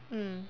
mm